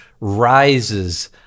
rises